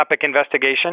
investigation